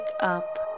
up